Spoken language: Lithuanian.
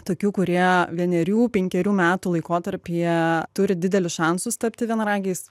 tokių kurie vienerių penkerių metų laikotarpyje turi didelius šansus tapti vienaragiais